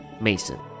Mason